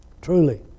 Truly